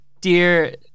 Dear